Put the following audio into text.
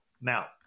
Now